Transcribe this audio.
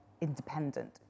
independent